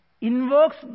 invokes